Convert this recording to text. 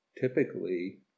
typically